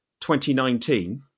2019